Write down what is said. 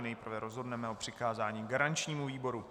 Nejprve rozhodneme o přikázání garančnímu výboru.